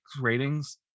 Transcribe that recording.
ratings